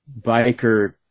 biker